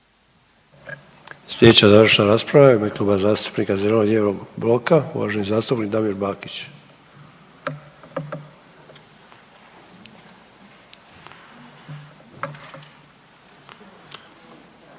Sljedeća završna rasprava je u ime Kluba zastupnika zeleno-lijevog bloka, uvaženi zastupnik Damir Bakić.